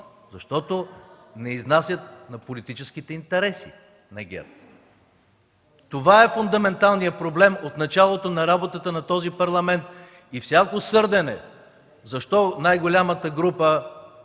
Защото не изнасят на политическите интереси на ГЕРБ. Това е фундаменталният проблем от началото на работата на този Парламент и всяко сърдене защо най-голямата